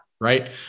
Right